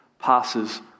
passes